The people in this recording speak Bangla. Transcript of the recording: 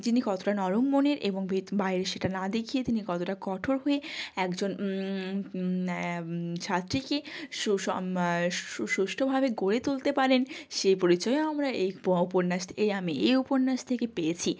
যিনি কতটা নরম মনের এবং ভেত বাইরে সেটা না দেখিয়ে তিনি কতটা কঠোর হয়ে একজন ছাত্রীকে সু সম সুষ্ঠভাবে গড়ে তুলতে পারেন সে পরিচয়ও আমরা এই পো উপন্যাস থেকেই আমি এই উপন্যাস থেকে পেয়েছি